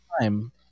time